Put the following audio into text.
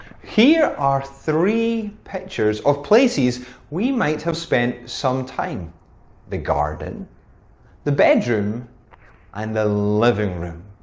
here are three pictures of places we might have spent some time the garden the bedroom and the living room.